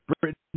Britain